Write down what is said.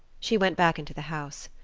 she went back into the house.